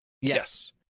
Yes